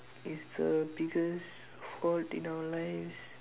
is the biggest fault in our lives